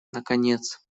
наконец